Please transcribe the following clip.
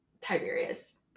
Tiberius